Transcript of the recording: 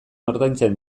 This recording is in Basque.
ordaintzen